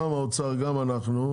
גם האוצר גם אנחנו,